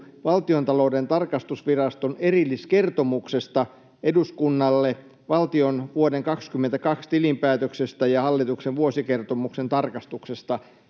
Valtiontalouden tarkastusviraston erilliskertomuksesta eduskunnalle valtion vuoden 22 tilinpäätöksestä ja hallituksen vuosikertomuksen tarkastuksesta,